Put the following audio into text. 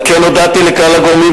על כן הודעתי לכלל הגורמים,